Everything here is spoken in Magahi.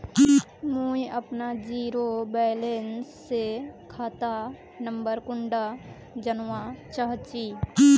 मुई अपना जीरो बैलेंस सेल खाता नंबर कुंडा जानवा चाहची?